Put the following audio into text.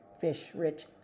fish-rich